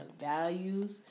values